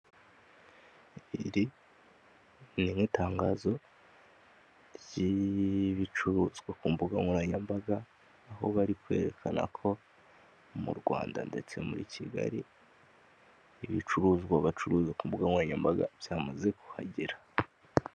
Iri ni nk'itangazo ry'ibicuruzwa ku mbugankoranyambaga, aho bari kwerekana ko mu Rwanda ndetse muri Kigali ibicuruzwa bacuruza ku mbugankoranyambaga byamaze kuhagera.